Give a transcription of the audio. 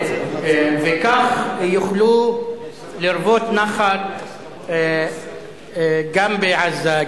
וכך יוכלו לרוות נחת גם בעזה,